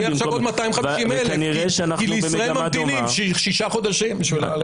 ויהיה עכשיו עוד 250,000 כי לישראל ממתינים שישה חודשים בשביל לעלות.